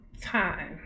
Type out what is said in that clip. time